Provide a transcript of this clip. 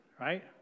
Right